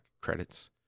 credits